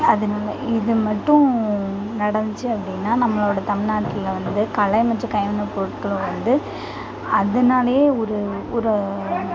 அதனால இதுமட்டும் நடந்துச்சு அப்படின்னா நம்மளோட தமிழ்நாட்ல வந்து கலை மற்றும் கைவினை பொருட்களும் வந்து அதனாலேயே ஒரு ஒரு